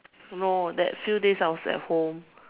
no that few days I was at home